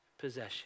possession